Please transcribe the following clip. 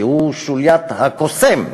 כי הוא שוליית הקוסם,